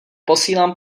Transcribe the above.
posílám